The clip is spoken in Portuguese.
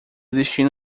destino